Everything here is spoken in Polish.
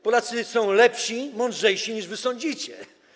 Polacy są lepsi, mądrzejsi, niż sądzicie.